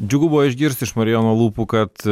džiugu buvo išgirsti iš marijono lūpų kad